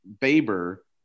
Baber